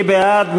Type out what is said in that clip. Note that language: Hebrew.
מי בעד?